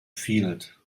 field